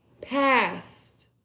past